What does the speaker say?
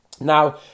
Now